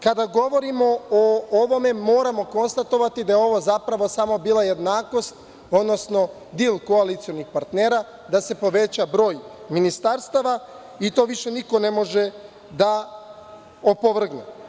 Kada govorimo o ovome, moramo konstatovati da je ovo, zapravo, samo bila jednakost, odnosno dil koalicionih partnera da se poveća broj ministarstava i to više niko ne može da opovrgne.